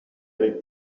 avec